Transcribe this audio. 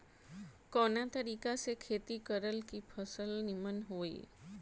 कवना तरीका से खेती करल की फसल नीमन होई?